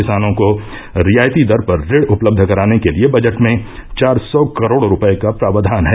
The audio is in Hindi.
किसानों को रियायती दर पर ऋण उपलब्ध कराने के लिये बजट में चार सौ करोड़ रूपये का प्राव्यान है